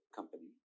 Company